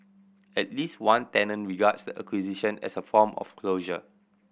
at least one tenant regards the acquisition as a form of closure